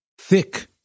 thick